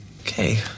Okay